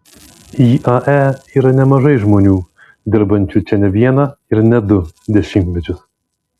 iae yra nemažai žmonių dirbančių čia ne vieną ir ne du dešimtmečius